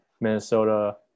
Minnesota